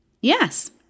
Yes